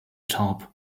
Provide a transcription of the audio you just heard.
top